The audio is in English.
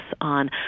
on